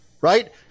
Right